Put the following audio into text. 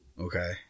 okay